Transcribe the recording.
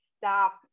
stop